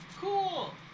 Cool